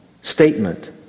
statement